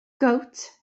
gowt